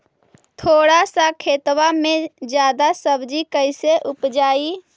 थोड़ा सा खेतबा में जादा सब्ज़ी कैसे उपजाई?